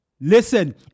Listen